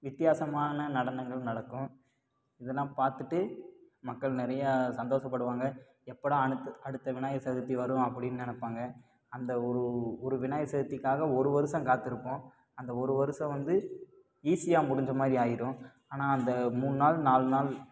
வித்தியாசமான நடனங்கள் நடக்கும் இதெல்லாம் பார்த்துட்டு மக்கள் நிறையா சந்தோஷப்படுவாங்க எப்படா அனுத்து அடுத்த விநாயகர் சதுர்த்தி வரும் அப்படின்னு நினப்பாங்க அந்த ஒரு ஒரு விநாயகர் சதுர்த்திக்காக ஒரு வருஷம் காத்திருப்போம் அந்த ஒரு வருஷம் வந்து ஈஸியாக முடிஞ்ச மாதிரி ஆயிடும் ஆனால் அந்த மூணு நாள் நாலு நாள்